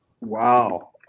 Wow